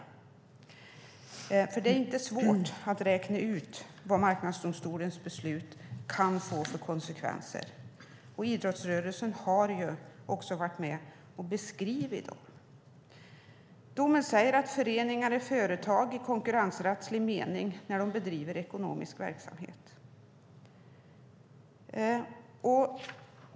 Det är nämligen inte svårt att räkna ut vad Marknadsdomstolens beslut kan få för konsekvenser. Idrottsrörelsen har också varit med och beskrivit dem. I domen sägs det att föreningar är företag i konkurrensrättslig mening när de bedriver ekonomisk verksamhet.